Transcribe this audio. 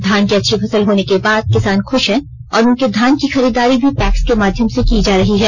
धान की अच्छी फसल होने के बाद किसान खुश हैं और उनके धान की खरीदारी भी पैक्स के माध्यम से की जा रही है